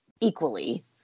equally